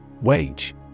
Wage